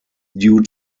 due